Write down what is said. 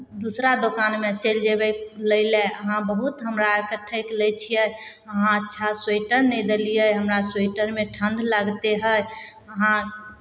दोसरा दोकानमे चलि जयबै लै लए अहाँ बहुत हमरा आरकेँ ठकि लै छियै अहाँ अच्छा स्वेटर नहि देलियै हमरा स्वेटरमे ठण्ढ लगिते हइ अहाँ